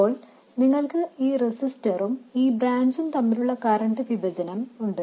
ഇപ്പോൾ നിങ്ങൾക്ക് ഈ റെസിസ്റ്ററും ഈ ബ്രാഞ്ചും തമ്മിലുള്ള കറന്റ് വിഭജനം ഉണ്ട്